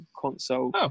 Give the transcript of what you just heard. console